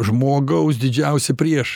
žmogaus didžiausi prieš